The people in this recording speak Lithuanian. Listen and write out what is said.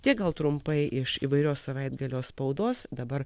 tiek gal trumpai iš įvairios savaitgalio spaudos dabar